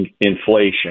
inflation